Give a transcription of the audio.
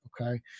okay